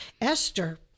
esther